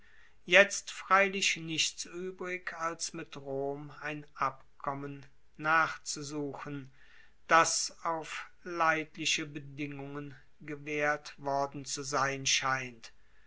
jetzt freilich nichts uebrig als mit rom ein abkommen nachzusuchen das auf leidliche bedingungen gewaehrt worden zu sein scheint